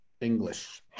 English